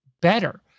better